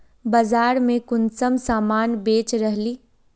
बाजार में कुंसम सामान बेच रहली?